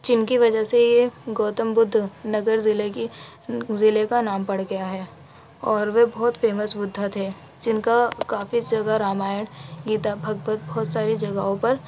جن کی وجہ سے یہ گوتم بدھ نگر ضلع کی ضلع کا نام پڑ گیا ہے اور وہ بہت فیمس بدھا تھے جن کا کافی جگہ رامائن گیتا بھگوت بہت ساری جگہوں پر